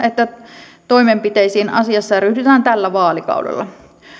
että toimenpiteisiin asiassa ryhdytään tällä vaalikaudella